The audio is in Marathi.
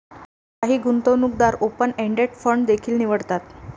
काही गुंतवणूकदार ओपन एंडेड फंड देखील निवडतात